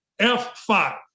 F5